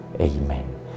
Amen